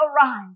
arise